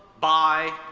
by,